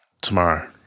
tomorrow